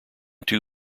two